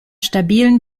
stabilen